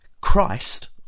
Christ